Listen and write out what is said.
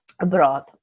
abroad